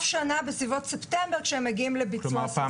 שנה בסביבות ספטמבר כשהם מגיעים לביצוע סוף שנה.